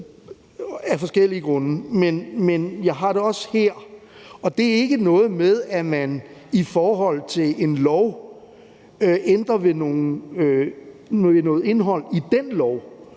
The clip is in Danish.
med bunkebryllupper, og det har jeg også her. Det er ikke noget med, at man i forhold til en lov ændrer ved noget indhold i den lov.